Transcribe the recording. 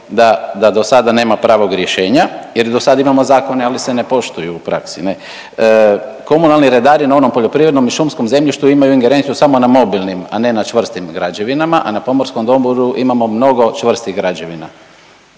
da dosada nema pravog rješenja jer i dosad imamo zakone ali se ne poštuju u praksi ne. Komunalni redari na onom poljoprivrednom i šumskom zemljištu imaju ingerenciju samo na mobilnim, a ne na čvrstim građevinama, a na pomorskom dobru imamo mnogo čvrstih građevina.